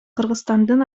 кыргызстандын